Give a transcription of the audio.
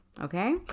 okay